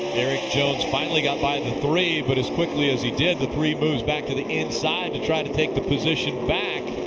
erik jones finally got by the three but as quickly as he did the three moves back to the inside to try to take the position back.